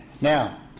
Now